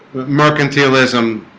mercantilism